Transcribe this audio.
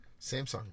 Samsung